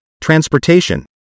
transportation